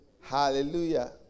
Hallelujah